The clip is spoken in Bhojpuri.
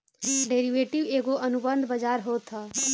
डेरिवेटिव एगो अनुबंध बाजार होत हअ